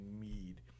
mead